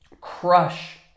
crush